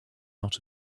out